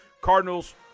Cardinals